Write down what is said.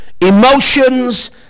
emotions